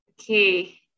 Okay